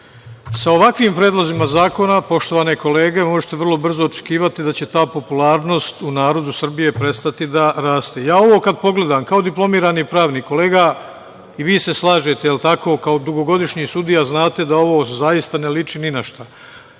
ovakvim predlozima zakona, poštovane kolege, možete vrlo brzo očekivati da će ta popularnost u narodu Srbije prestati da raste. Ja ovo kada pogledam kao diplomirani pravnik, kolega i vi se slažete, kao dugogodišnji sudija, znate da ovo zaista ne liči ni na šta. Ako